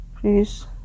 please